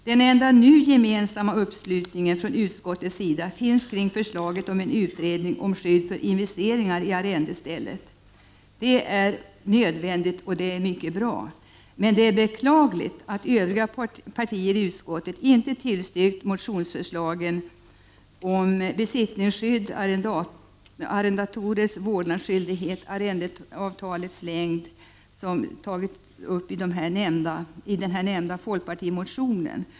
Den enda nu gemensamma uppslutningen från utskottets sida gäller förslaget om en utredning om skydd för investeringar i arrendestället. Det är nödvändigt och mycket bra, men det är beklagligt att övriga partier i utskottet inte har tillstyrkt motionsförslagen om besittningsskydd, arrendators vårdnadsskyldighet och arrendeavtalets längd — frågor som har tagits upp i den nämnda folkpartimotionen.